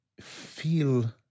feel